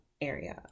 area